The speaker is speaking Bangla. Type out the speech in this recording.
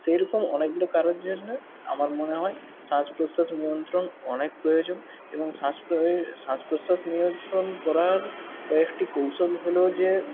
সেইরকম অনেকগুলো কারনের জন্য আমার মনে হয় শ্বাস প্রশ্বাস নিয়ন্ত্রণ অনেক প্রয়োজন এবং শ্বাস শ্বাস প্রশ্বাস নিয়ন্ত্রণ করার কয়েকটি কৌশল হল যে